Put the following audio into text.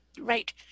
Right